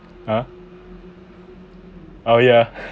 !huh! oh yeah